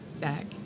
back